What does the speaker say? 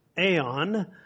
aeon